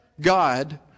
God